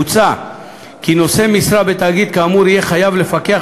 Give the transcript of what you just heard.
מוצע כי נושא משרה בתאגיד כאמור יהיה חייב לפקח